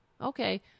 Okay